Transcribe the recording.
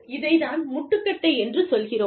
இதைத் தான் முட்டுக்கட்டை என்று சொல்கிறோம்